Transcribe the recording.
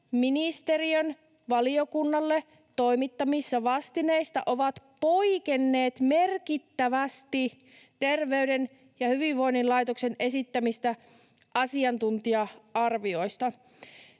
ministeriön valiokunnalle toimittamissa vastineissa ovat poikenneet merkittävästi Terveyden ja hyvinvoinnin laitoksen esittämistä asiantuntija-arvioista.